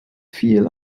viel